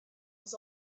was